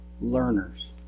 learners